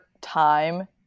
time